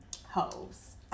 Hoes